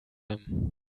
him